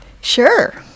Sure